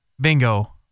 Bingo